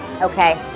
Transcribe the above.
Okay